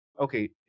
okay